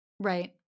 Right